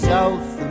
South